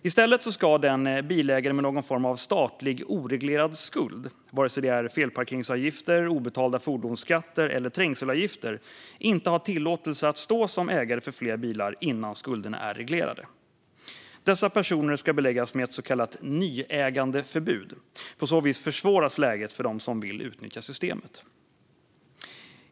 I stället ska bilägare med någon form av statlig oreglerad skuld - vare sig det är felparkeringsavgifter, obetalda fordonsskatter eller trängselavgifter - inte ha tillåtelse att stå som ägare för fler bilar innan skulderna är reglerade. Dessa personer ska beläggas med ett så kallat nyägandeförbud. På så vis försvåras läget för dem som vill utnyttja systemet.